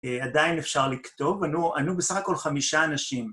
עדיין אפשר לכתוב, ענו בסך הכל חמישה אנשים.